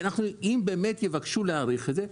אם באמת יבקשו להאריך את זה,